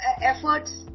efforts